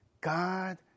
God